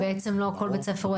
אומר שלא בכל בית ספר יש פסיכולוג,